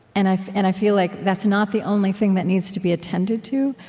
and i and i feel like that's not the only thing that needs to be attended to,